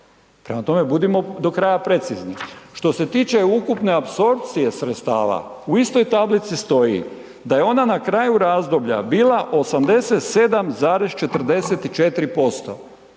Prema tome, budimo do kraja precizni. Što se tiče ukupne apsorpcije sredstava, u istoj tablici stoji da je ona na kraju razdoblja bila 87,44%.